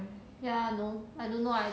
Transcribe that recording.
ya no I don't know ah I